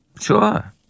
Sure